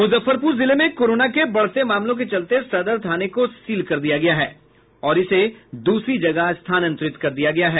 मुजफ्फरपुर जिले में कोरोन के बढ़ते मामलों के चलते सदर थाना को सील कर इस दूसरी जगह स्थानांतरित किया गया है